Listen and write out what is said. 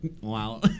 wow